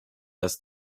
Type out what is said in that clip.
das